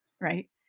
right